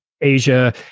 asia